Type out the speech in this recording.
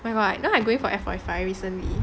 oh my god right now I'm going for f forty five recently